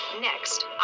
Next